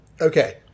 okay